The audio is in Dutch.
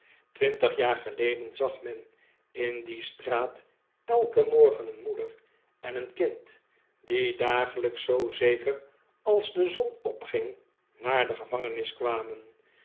twintig jaar geleden zag men in die straat elken morgen een moeder en een kind die dagelijks zoo zeker als de zon opging naar de gevangenis kwamen